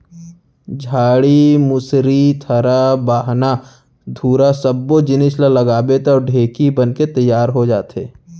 डांड़ी, मुसरी, थरा, बाहना, धुरा सब्बो जिनिस ल लगाबे तौ ढेंकी बनके तियार हो जाथे